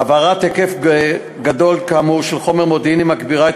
העברת היקף גדול כאמור של חומר מודיעיני מגבירה את